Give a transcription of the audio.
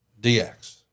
DX